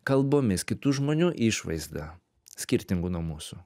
kalbomis kitų žmonių išvaizda skirtingų nuo mūsų